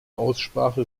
aussprache